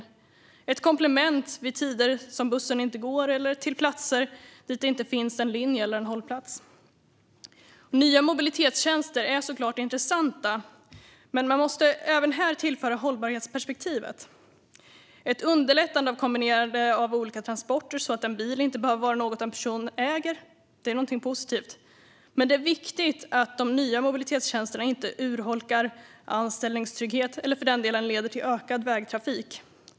Det är ett komplement för resor vid tider då bussen inte går och till platser dit det inte går en linje eller där det inte finns en hållplats. Nya mobilitetstjänster är såklart intressanta, men man måste även här tillföra hållbarhetsperspektivet. Att underlätta ett kombinerande av olika transporter så att en bil inte behöver vara något en person äger är positivt, men det är viktigt att de nya mobilitetstjänsterna inte urholkar anställningstryggheten eller leder till ökad vägtrafik.